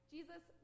Jesus